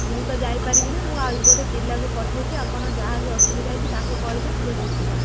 ମୁଁ ତ ଯାଇପାରିବିନି ମୁଁ ଆଉ ଗୋଟେ ପିଲାକୁ ପଠାଉଛି ଆପଣ ଯାହା ବି ଅସୁବିଧା ହୋଇଛି ତାକୁ କହିବେ ସେ ବୁଝିବ